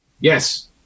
Yes